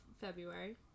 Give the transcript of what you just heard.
February